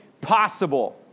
possible